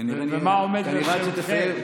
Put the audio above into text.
ומה עומד לשירותכם.